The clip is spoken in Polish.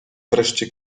wreszcie